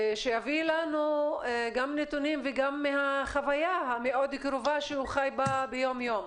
שיביא לנו גם נתונים וגם מהחוויה המאוד קרובה שהוא חי בה ביום-יום.